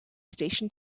station